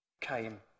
came